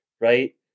right